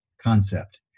concept